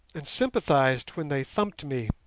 and sympathized when they thumped me.